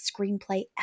screenplay